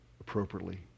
appropriately